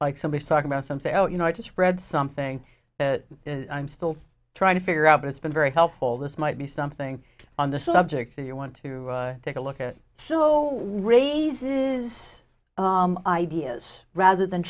like somebody talking about some say oh you know i just read something i'm still trying to figure out but it's been very helpful this might be something on the subject so you want to take a look at it so raises ideas rather than